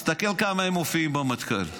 תסתכל כמה הם מופיעים במטכ"ל,